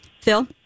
Phil